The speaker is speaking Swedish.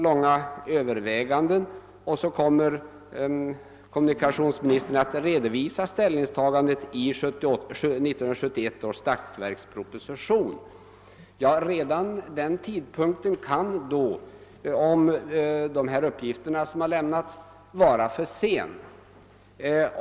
Men om de uppgifter som jag har fått är riktiga är tiden alltför knapp för långa överväganden, och om ställningstagandet dröjer tills statsverkspropositionen läggs fram kan det vara för sent.